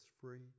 free